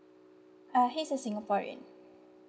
uh he's a singaporean